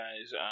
guys